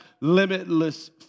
limitless